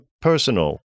personal